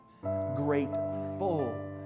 grateful